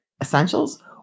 Essentials